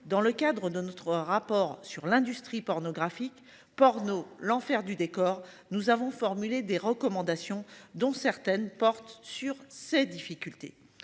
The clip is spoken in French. Dans le cadre d'un autre rapport sur l'industrie pornographique Porno l'enfer du décor. Nous avons formulé des recommandations dont certaines portent sur ses difficultés